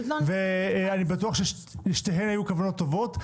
ואני בטוח שלשתיהן היו כוונות טובות.